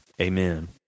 Amen